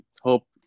Hope